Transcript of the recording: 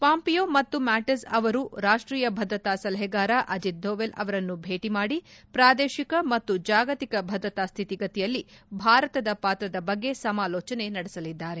Pompeo ಮತ್ತು Mattis ಅವರು ರಾಷ್ಟೀಯ ಭದ್ರತಾ ಸಲಹೆಗಾರ ಅಜಿತ್ ಧೋವಲ್ ಅವರನ್ನು ಭೇಟಿ ಮಾದಿ ಪ್ರಾದೇಶಿಕ ಮತ್ತು ಜಾಗತಿಕ ಭದ್ರತಾ ಸ್ದಿತಿಗತಿಯಲ್ಲಿ ಭಾರತದ ಪಾತ್ರದ ಬಗ್ಗೆ ಸಮಾಲೋಚನೆ ನಡೆಸಲಿದ್ದಾರೆ